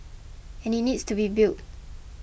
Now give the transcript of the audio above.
and it needs to be built